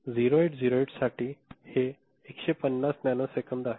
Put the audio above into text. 0808 साठी हे 150 नॅनोसेकंद आहे